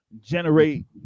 generate